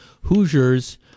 Hoosiers